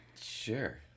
Sure